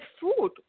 food